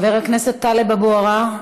חבר הכנסת טלב אבו עראר,